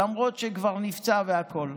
למרות שהוא כבר נפצע והכול,